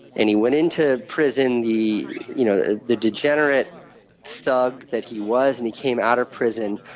and he went into prison the you know the the degenerate thug that he was, and he came out of prison,